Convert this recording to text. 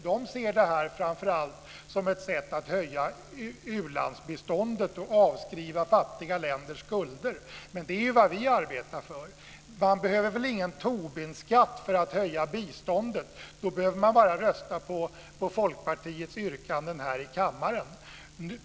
De ser det här framför allt som ett sätt att höja u-landsbiståndet och avskriva fattiga länders skulder. Det är vad vi arbetar för. Man behöver ingen Tobinskatt för att höja biståndet. Då behöver man bara rösta på Folkpartiets yrkanden här i kammaren.